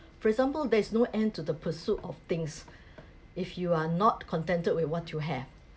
for example there is no end to the pursuit of things if you are not contented with what you have